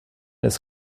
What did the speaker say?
ist